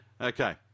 Okay